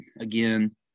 again